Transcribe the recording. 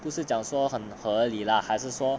不是讲说很合理 lah 还是说